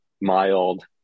mild